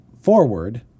forward